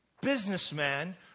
businessman